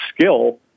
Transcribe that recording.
skill